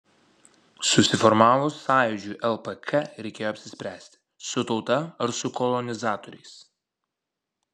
susiformavus sąjūdžiui lpk reikėjo apsispręsti su tauta ar su kolonizatoriais